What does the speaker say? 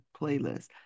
playlist